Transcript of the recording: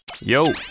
Yo